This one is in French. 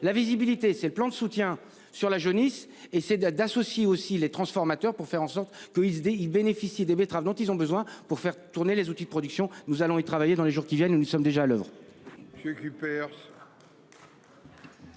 la visibilité, c'est le plan de soutien sur la jaunisse et c'est de d'associer aussi les transformateurs, pour faire en sorte que il se dit il bénéficie des betteraves dont ils ont besoin pour faire tourner les outils de production. Nous allons-y travailler dans les jours qui viennent, nous nous sommes déjà à l'oeuvre.